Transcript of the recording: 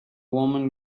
woman